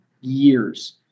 years